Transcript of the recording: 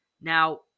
Now